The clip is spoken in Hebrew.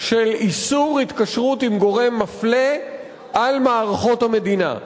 של איסור התקשרות עם גורם מפלה על מערכות המדינה.